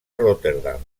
rotterdam